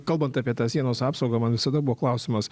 kalbant apie tą sienos apsaugą man visada buvo klausimas